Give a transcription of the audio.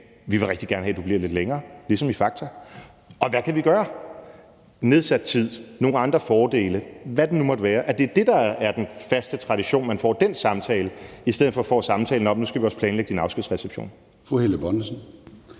vi vil rigtig gerne have, at du bliver lidt længere – det er ligesom i Fakta – og hvad kan vi gøre? Det kan være nedsat tid, nogle andre fordele, hvad det nu måtte være, altså at det er den faste tradition, at man får den samtale, i stedet for at man får samtalen om, at nu skal vi også planlægge din afskedsreception. Kl. 16:14 Formanden